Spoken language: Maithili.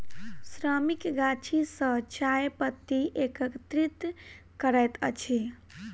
श्रमिक गाछी सॅ चाय पत्ती एकत्रित करैत अछि